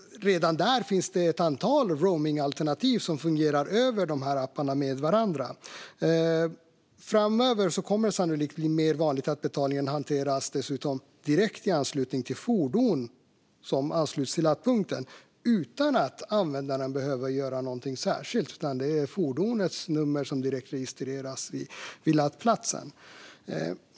Redan där finns det ett antal roamingalternativ som fungerar för de här apparna. Framöver kommer det sannolikt att bli mer vanligt att betalningen hanteras direkt när ett fordon ansluts till laddpunkten utan att användaren behöver göra någonting särskilt. Det är fordonets nummer som direktregistreras vid laddplatsen.